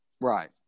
Right